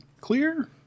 Clear